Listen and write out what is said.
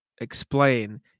explain